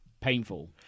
painful